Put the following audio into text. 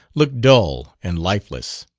looked dull and lifeless.